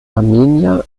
armenier